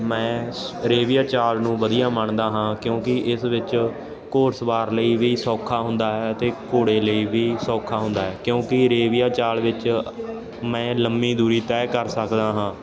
ਮੈਂ ਰੇਵੀਆ ਚਾਲ ਨੂੰ ਵਧੀਆ ਮੰਨਦਾ ਹਾਂ ਕਿਉਂਕਿ ਇਸ ਵਿੱਚ ਘੋੜ ਸਵਾਰ ਲਈ ਵੀ ਸੌਖਾ ਹੁੰਦਾ ਹੈ ਅਤੇ ਘੋੜੇ ਲਈ ਵੀ ਸੌਖਾ ਹੁੰਦਾ ਕਿਉਂਕਿ ਰੇਵੀਆ ਚਾਲ ਵਿੱਚ ਮੈਂ ਲੰਮੀ ਦੂਰੀ ਤੈਅ ਕਰ ਸਕਦਾ ਹਾਂ